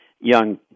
young